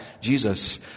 Jesus